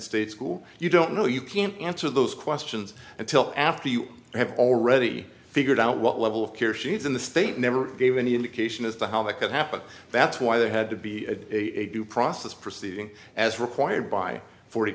state school you don't know you can't answer those questions until after you have already figured out what level of care she needs in the state never gave any indication as to how that could happen that's why they had to be a due process proceeding as required by forty